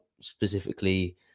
specifically